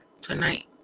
tonight